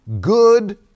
good